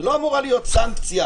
לא אמורה להיות סנקציה.